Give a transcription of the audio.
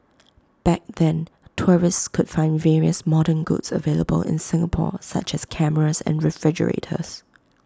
back then tourists could find various modern goods available in Singapore such as cameras and refrigerators